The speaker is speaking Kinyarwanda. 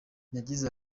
yagize